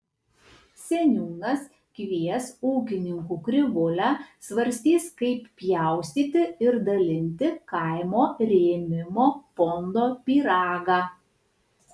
seniūnas kvies ūkininkų krivūlę svarstys kaip pjaustyti ir dalinti kaimo rėmimo fondo pyragą